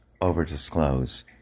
over-disclose